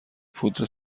پودر